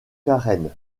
carène